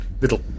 little